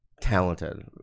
talented